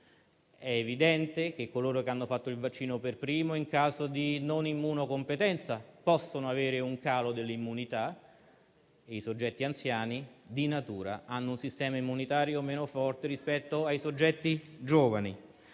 È evidente che coloro che hanno fatto il vaccino per primi, in caso di non immunocompetenza, possono avere un calo dell'immunità e che i soggetti anziani di natura hanno un sistema immunitario meno forte rispetto ai soggetti giovani.